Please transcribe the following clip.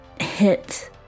hit